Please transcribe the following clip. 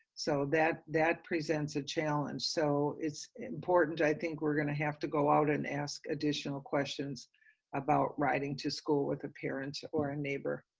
so that that presents a challenge, so it's important, i think we're going to have to go out and ask additional questions about riding to school with a parent, or a neighbor,